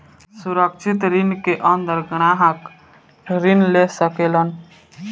असुरक्षित ऋण के अंदर ग्राहक ऋण ले सकेलन